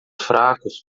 fracos